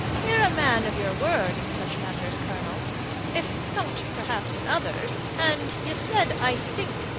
ye're a man of your word in such matters, colonel if not perhaps in others and ye said, i think,